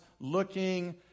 looking